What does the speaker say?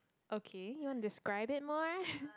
okay you want to describe it more